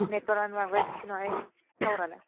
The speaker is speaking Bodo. नेटव'र्क आनो माबा थिग नङाहाय टावार आनो